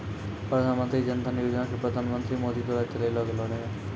प्रधानमन्त्री जन धन योजना के प्रधानमन्त्री मोदी के द्वारा चलैलो गेलो रहै